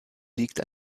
liegt